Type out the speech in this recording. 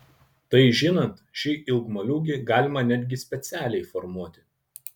tai žinant šį ilgmoliūgį galima netgi specialiai formuoti